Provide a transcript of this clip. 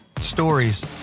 Stories